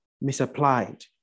misapplied